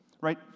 Right